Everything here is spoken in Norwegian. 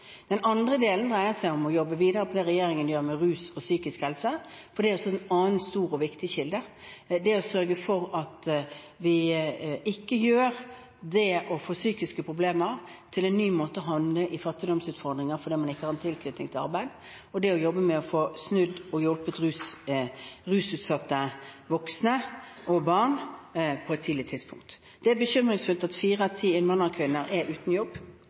Den andre delen dreier seg om å jobbe videre med det regjeringen gjør når det gjelder rus og psykisk helse, for det er også en annen stor og viktig kilde – det å sørge for at vi ikke gjør det å få psykiske problemer til en ny måte å havne i fattigdomsutfordringer på, fordi man ikke har en tilknytning til arbeid, og det å jobbe med å få snudd og hjulpet rusutsatte voksne og barn på et tidlig tidspunkt. Det er bekymringsfullt at fire av ti innvandrerkvinner er uten jobb.